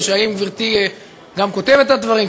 או האם גברתי גם כותבת את הדברים,